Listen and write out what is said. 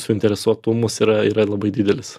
suinteresuotumas yra yra labai didelis